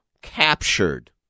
captured